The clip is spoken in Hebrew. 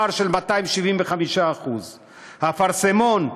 פער של 275%; אפרסמון,